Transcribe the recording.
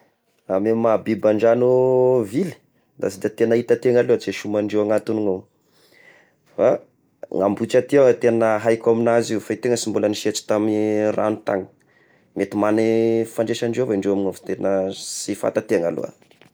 Amy maha biby an-dragno vily, da sy da hitan'ny tegna loatra sômandreo agnatigny ao, ah ny ambohitra aty tegna haiko amignazy io fa i tegna mbola sy nisiatry tamy ragno tany, mety magna i fandraisagny indreo avao indreo fa tegna sy fantanregna aloha.